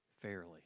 fairly